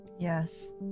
yes